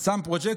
הוא שם פרוז'קטור,